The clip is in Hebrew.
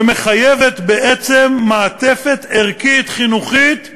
שמחייבת מעטפת ערכית חינוכית מאתגרת,